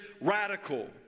radical